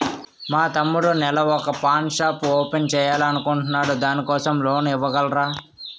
మా తమ్ముడు నెల వొక పాన్ షాప్ ఓపెన్ చేయాలి అనుకుంటునాడు దాని కోసం లోన్ ఇవగలరా?